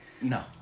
No